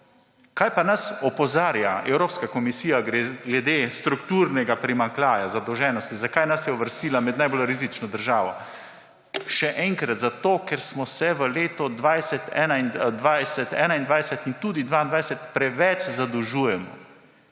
Kaj pa nas opozarja Evropska komisija glede strukturnega primanjkljaja, zadolženosti, zakaj nas je uvrstila med najbolj rizično državo? Še enkrat, zato ker smo se v letih 2020, 2021 in se tudi 2022 preveč zadolžujemo.